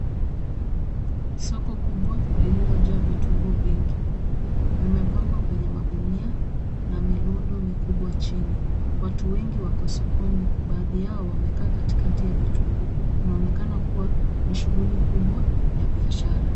Soko kubwa lililojaa vitunguu vingi. Vimepangwa kwenye magunia na milundo mikubwa chini. Watu wengi wako sokoni baadhi yao wamekaa katikati ya vitunguu. Inaonekana kuwa ni shughuli kubwa ya biashara.